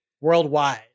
Worldwide